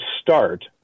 start